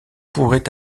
pourrait